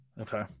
Okay